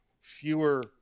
fewer